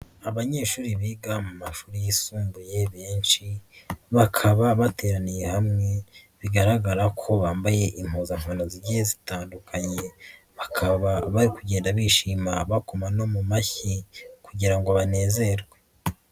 Abanyeshuri biga mu mashuri yisumbuye benshi, bakaba bateraniye hamwe, bigaragara ko bambaye impuzankano zigiye zitandukanye, bakaba bari kugenda bishima bakoma no mu mashyi kugira ngo banezerwe.